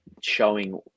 showing